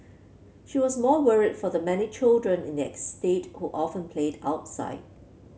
she was more worried for the many children in estate who often played outside